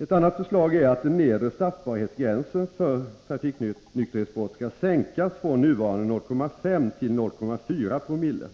Ett annat förslag är att den nedre straffbarhetsgränsen för trafiknykterhetsbrott skall sänkas från nuvarande 0,5 till 0,4 Xo.